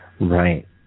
Right